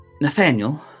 Nathaniel